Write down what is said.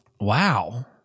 wow